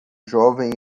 jovem